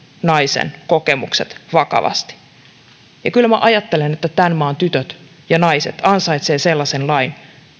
naisen kokemukset vakavasti kyllä minä ajattelen että tämän maan tytöt ja naiset ansaitsevat sellaisen lain